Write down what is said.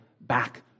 back